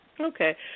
Okay